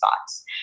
thoughts